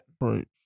Right